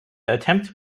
attempt